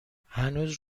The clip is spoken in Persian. هنوز